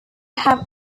have